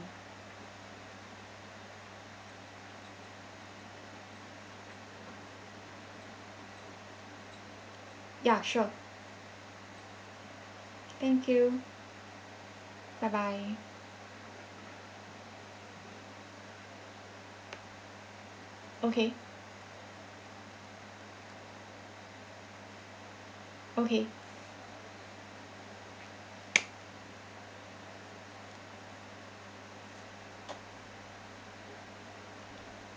ya sure thank you bye bye okay okay